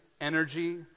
energy